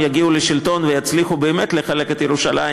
יגיעו לשלטון ויצליחו באמת לחלק את ירושלים,